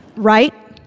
right?